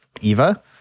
Eva